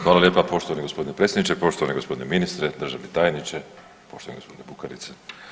Hvala lijepa poštovani gospodine predsjedniče, poštovani gospodine ministre, državni tajniče, poštovani gospodine Bukarica.